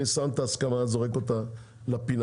אני שם את ההסכמה וזורק אותה לפינה.